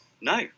no